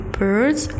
birds